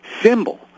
symbol